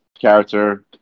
character